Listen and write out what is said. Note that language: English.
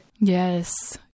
Yes